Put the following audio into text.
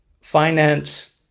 finance